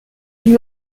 lui